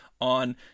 on